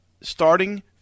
starting